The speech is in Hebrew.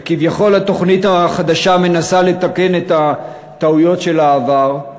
וכביכול התוכנית החדשה מנסה לתקן את טעויות העבר,